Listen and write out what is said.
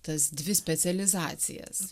tas dvi specializacijas